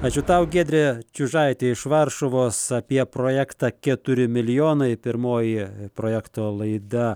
ačiū tau giedrė čiužaitė iš varšuvos apie projektą keturi milijonai pirmoji projekto laida